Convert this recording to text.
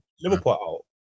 Liverpool